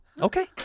Okay